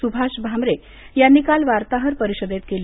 सुभाष भामरे यांनी काल वार्ताहर परिषदेत केली